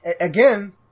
Again